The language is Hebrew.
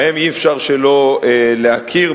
ובהם אי-אפשר שלא להכיר,